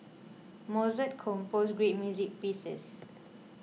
Mozart composed great music pieces